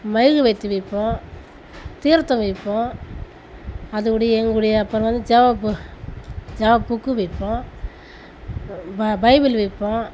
மெழுகுவர்த்தி விற்போம் தீர்த்தம் விற்போம் அதோனுடைய எங்களுடைய அப்புறம் வந்து ஜெப பு ஜெபப் புக்கு விற்போம் ப பைபிள் விற்போம்